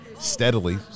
steadily